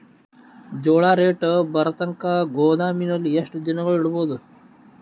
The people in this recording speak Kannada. ಜೋಳ ರೇಟು ಬರತಂಕ ಗೋದಾಮಿನಲ್ಲಿ ಎಷ್ಟು ದಿನಗಳು ಯಿಡಬಹುದು?